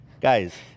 Guys